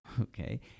Okay